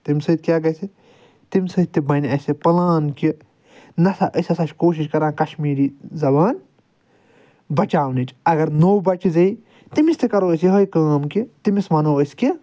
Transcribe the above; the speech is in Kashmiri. تمہِ سۭتۍ کیٚاہ گژھِ تمہِ ستۭۍ تہِ بنہِ اسہِ پلان کہِ نہ سا أسۍ ہسا چھِ کوٗشش کران کہِ کشمیٖری زبان بچاونٕچ اگر نوٚو بچہٕ زٮ۪وِ تٔمِس تہٕ کرو أسۍ یہے کٲم کہِ تٔمِس ونو أسۍ کہِ